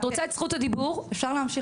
את רוצה את זכות הדיבור -- אפשר להמשיך?